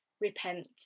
repent